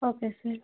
okay sir